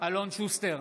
אלון שוסטר,